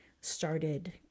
started